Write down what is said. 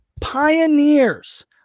pioneers